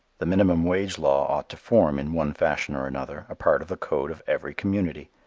the minimum wage law ought to form, in one fashion or another, a part of the code of every community.